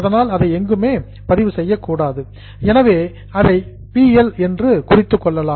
எனவே அதை P L என்று குறித்துக் கொள்ளலாம்